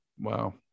Wow